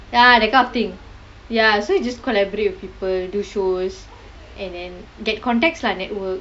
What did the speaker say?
ya that kind of thing ya so you just collaborate with people do shows and then get contacts lah network